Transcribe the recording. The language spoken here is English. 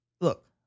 look